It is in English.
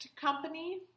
company